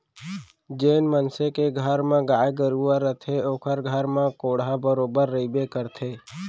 जेन मनसे के घर म गाय गरूवा रथे ओकर घर म कोंढ़ा बरोबर रइबे करथे